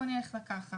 בואי נלך לקחת.